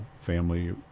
family